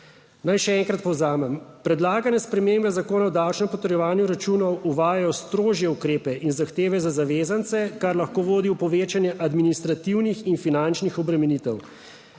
Naj še enkrat povzamem. Predlagane spremembe Zakona o davčnem potrjevanju računov uvajajo strožje ukrepe in zahteve za zavezance, kar lahko vodi v povečanje administrativnih in finančnih obremenitev.